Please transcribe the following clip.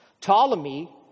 Ptolemy